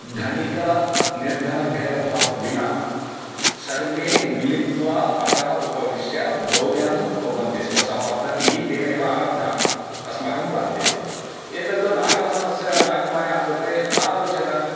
धनिकनिर्धनभेदभावं विना सर्वे मिलित्वा अधः उपविश्य भोजनं कुर्वन्ति स्म स पद्धतिः तेनेव आरब्धा अस्माकं प्रान्ते एतत् नागम्म नागम्मायाः कृते न रोचते